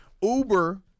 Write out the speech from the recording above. Uber